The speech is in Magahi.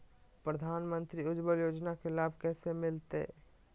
प्रधानमंत्री उज्वला योजना के लाभ कैसे मैलतैय?